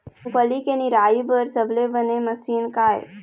मूंगफली के निराई बर सबले बने मशीन का ये?